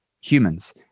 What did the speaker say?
humans